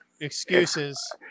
Excuses